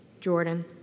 Jordan